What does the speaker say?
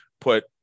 put –